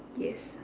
yes